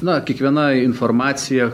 na kiekviena informacija